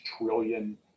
trillion